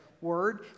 word